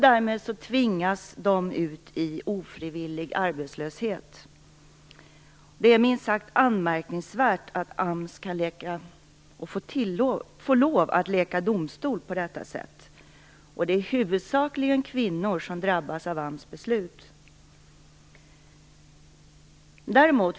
Därmed tvingas de ut i ofrivillig arbetslöshet. Det är minst sagt anmärkningsvärt att AMS kan få lov att leka domstol på detta sätt. Det är huvudsakligen kvinnor som drabbas av AMS beslut.